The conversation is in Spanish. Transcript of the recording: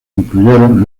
incluyeron